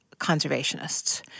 conservationists